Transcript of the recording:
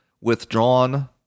withdrawn